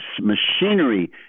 machinery